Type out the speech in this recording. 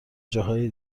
جاهای